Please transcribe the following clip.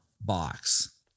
box